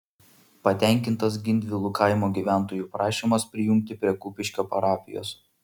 patenkintas gindvilų kaimo gyventojų prašymas prijungti prie kupiškio parapijos